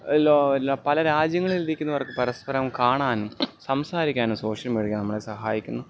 പല രാജ്യങ്ങളിൽ നിൽക്കുന്നവർക്ക് പരസ്പരം കാണാനും സംസാരിക്കാനും സോഷ്യൽ മീഡിയ നമ്മളെ സഹായിക്കുന്നു